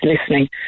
listening